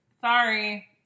sorry